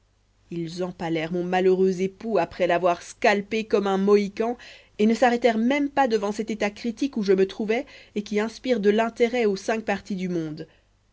ils empalèrent mon malheureux époux après l'avoir scalpé comme un mohican et ne s'arrêtèrent même pas devant cet état critique où je me trouvais et qui inspire de l'intérêt aux cinq parties du monde